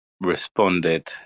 responded